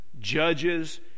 judges